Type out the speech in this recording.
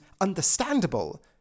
understandable